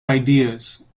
ideas